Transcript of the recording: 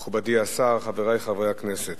תודה רבה לך, מכובדי השר, חברי חברי הכנסת,